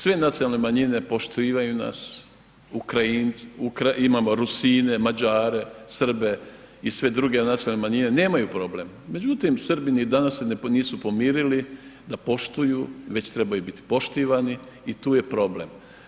Sve nacionalne manjine poštivaju nas, imamo Rusine, Mađare, Srbe i sve druge nacionalne manjine, nemaju problem međutim Srbi i danas se nisu pomirili da poštuju već trebaju biti poštivani i tu je problem.